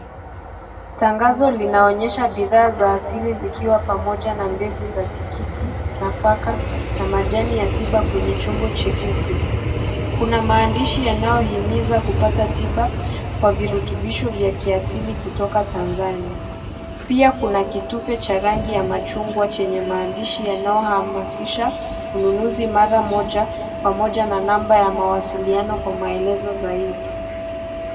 Tangazo linaonyesha bidhaa za asili zikiwa pamoja na mbegu za tikiti, nafaka na majani ya tiba. Kwenye chombo cheupe kuna maandishi yanayohimiza kupata tiba kwa virutubisho vya kiasili kutoka Tanzania. Pia kuna kitufe cha rangi ya machungwa chenye maandishi yanayohamasisha ununuzi mara moja pamoja na namba ya mawasiliano kwa maelezo zaidi.